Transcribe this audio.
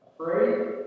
Afraid